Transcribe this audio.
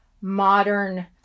modern